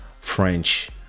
french